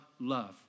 love